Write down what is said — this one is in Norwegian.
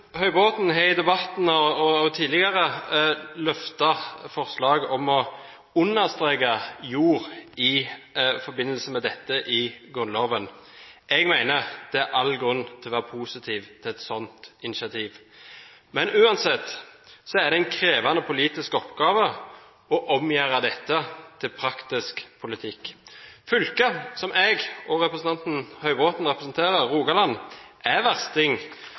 har i debatten, og tidligere, løftet forslag om å understreke jordvern i forbindelse med dette i Grunnloven. Jeg mener det er all grunn til å være positiv til et slikt initiativ. Men uansett er det en krevende politisk oppgave å omgjøre dette til praktisk politikk. Fylket som jeg og representanten Høybråten representerer, Rogaland, er en versting